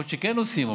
יכול להיות שכן עושים,